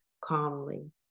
calmly